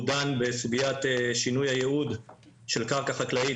הוא דן בסוגיית שינוי הייעוד של קרקע חקלאית,